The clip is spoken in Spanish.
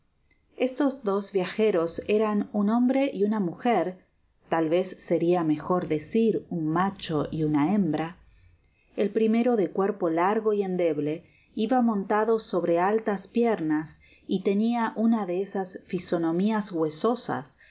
estos dos viajeros eran un hombre y una mujer tal vez seria mejor decir un macho y una hembra el primero de cuerpo largo y endeble iba montado sobre altas piernas y tenia una de esas fisonomias huesosas